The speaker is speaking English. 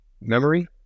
memory